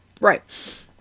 Right